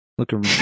Looking